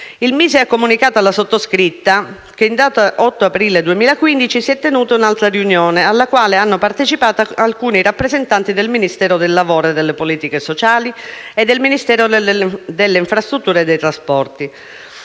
Il MISE ha comunicato alla sottoscritta che in data 8 aprile 2015 si è tenuta un'altra riunione, alla quale hanno partecipato alcuni rappresentanti del Ministero del lavoro e delle politiche sociali e del Ministero delle infrastrutture e dei trasporti.